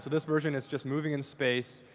this version is just moving in space.